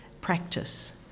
practice